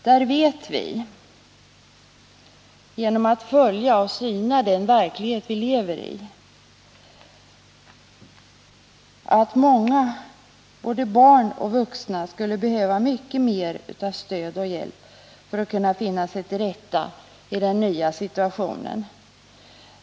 Genom att följa utvecklingen och syna den verklighet vi lever i vet vi att många både barn och vuxna där skulle behöva mycket mer stöd och hjälp för att kunna finna sig till rätta i den nya situationen.